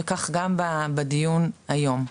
וכך גם בדיון היום.